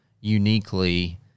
uniquely